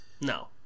No